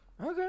Okay